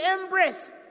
embrace